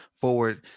forward